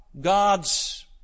God's